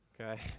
okay